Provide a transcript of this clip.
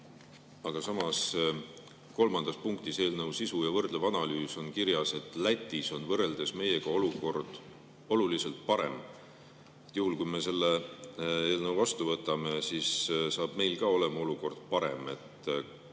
Aga samas kolmandas punktis "Eelnõu sisu ja võrdlev analüüs" on kirjas, et Lätis on võrreldes meiega olukord oluliselt parem. Juhul kui me selle eelnõu vastu võtame, siis saab meil ka olema olukord parem.